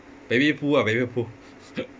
baby pool ah baby pool